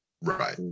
right